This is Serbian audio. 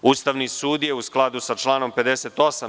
Ustavni sud je, u skladu sa članom 58.